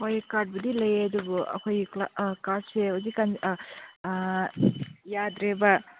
ꯍꯣꯏ ꯀꯥꯔꯗꯄꯨꯗꯤ ꯂꯩꯌꯦ ꯑꯗꯨꯕꯨ ꯑꯩꯈꯣꯏꯒꯤ ꯀꯥꯔꯗꯁꯦ ꯍꯧꯖꯤꯛ ꯀꯥꯟ ꯌꯥꯗ꯭ꯔꯦꯕ